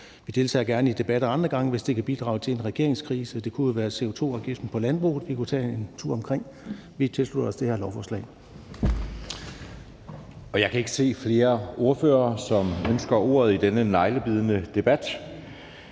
vi deltager gerne i debatter andre gange, hvis det kan bidrage til en regeringskrise. Det kunne jo være CO2-afgiften på landbruget, vi kunne tage en tur omkring. Vi tilslutter os det her lovforslag.